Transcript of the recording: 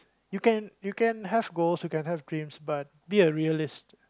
you can you can have goals you can have dreams but be a realist